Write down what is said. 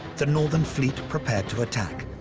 the northern fleet prepared to attack.